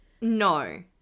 No